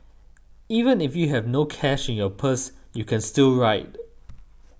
even if you have no cash in your purse you can still ride